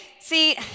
See